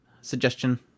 Suggestion